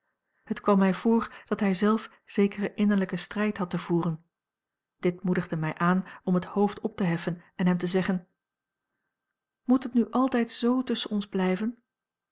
het kwam mij voor dat hij zelf zekeren innerlijken strijd had te voeren dit moedigde mij aan om het hoofd op te heffen en hem te zeggen moet het nu altijd z tusschen ons blijven